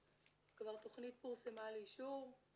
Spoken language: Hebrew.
כבר תוכנית פורסמה לאישור,